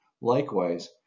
Likewise